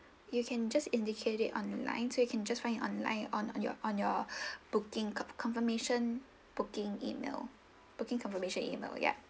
you can just indicate it online so you can just find it online on your on your booking confirmation booking email booking confirmation email ya